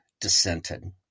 dissented